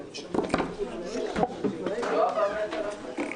תהיה הצבעה אחת על שתיהן.